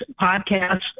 podcast